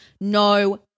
no